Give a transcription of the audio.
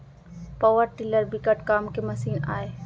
power tiller बिकट काम के मसीन आय